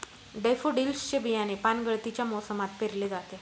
daffodils चे बियाणे पानगळतीच्या मोसमात पेरले जाते